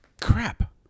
Crap